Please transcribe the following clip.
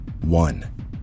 One